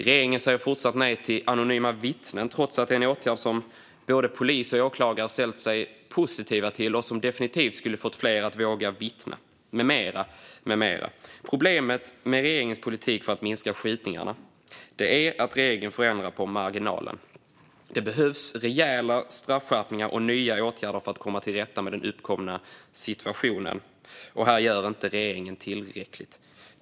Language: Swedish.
Regeringen säger fortsatt nej till anonyma vittnen trots att det är en åtgärd som både polis och åklagare ställt sig positiva till och som definitivt skulle få fler att våga vittna. Det finns fler exempel. Problemet med regeringens politik för att minska skjutningarna är att regeringen förändrar på marginalen. Det behövs rejäla straffskärpningar och nya åtgärder för att komma till rätta med den uppkomna situationen, och här gör regeringen inte tillräckligt.